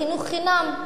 לחינוך חינם,